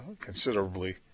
considerably